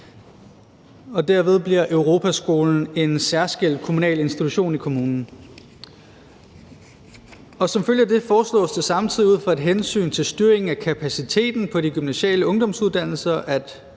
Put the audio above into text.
derved bliver Europaskolen en særskilt kommunal institution i kommunen. Som følge af det foreslås det samtidig ud fra et hensyn til styringen af kapaciteten på de gymnasiale ungdomsuddannelser, at